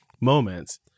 moments